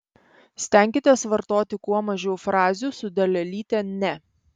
stenkitės vartoti kuo mažiau frazių su dalelyte ne